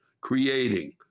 creating